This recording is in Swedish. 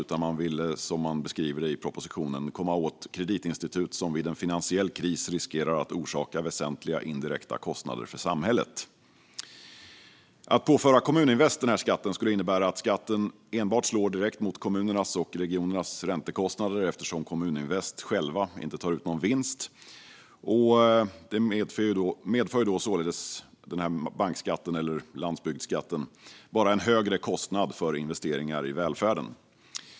Man ville i stället, som man beskriver det i propositionen, komma åt kreditinstitut som vid en finansiell kris riskerar att orsaka väsentliga indirekta kostnader för samhället. Att påföra Kommuninvest denna skatt skulle innebära att skatten enbart slår direkt mot kommunernas och regionernas räntekostnader eftersom Kommuninvest själv inte tar del av någon vinst. Således medför denna bankskatt, eller landsbygdsskatt, bara en högre kostnad för investeringar i välfärden.